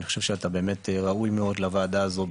אני חושב שאתה ראוי מאוד לוועדה הזאת,